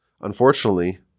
Unfortunately